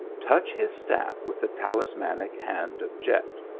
touch his staff with the tal ismanic hand of jet.